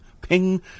ping